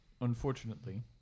unfortunately